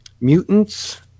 mutants